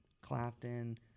Clapton